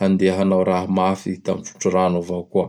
handeha hanao raha mafy da misotro rano avao koa.